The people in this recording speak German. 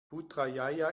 putrajaya